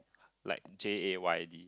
like Jay D